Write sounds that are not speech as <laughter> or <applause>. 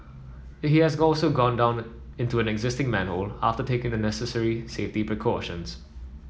he has also gone down into an existing <unintelligible> after taking the necessary safety precautions